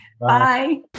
Bye